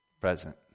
present